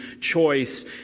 choice